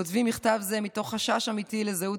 כותבים מכתב זה מתוך חשש אמיתי לזהות